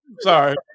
Sorry